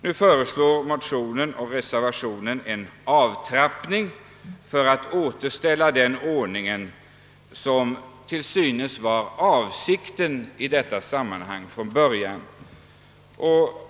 I motionerna och reservationen föreslås därför en avtrappning för att återställa den ordning som från början uppenbarligen var avsedd.